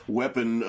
weapon